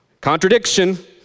Contradiction